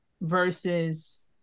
versus